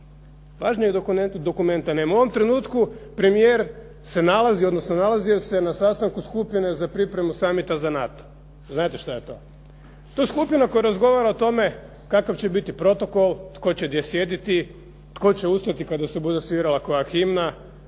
važnijeg dokumenta nema. U ovom trenutku premijer se nalazi, odnosno nalazio se na sastanku skupine za pripremu sanita za NATO, znate šta je to? To je skupina koja razgovara o tome kakav će bit protoko, tko će gdje sjediti, tko će ustati kada se bude svirala koja firma,